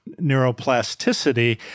neuroplasticity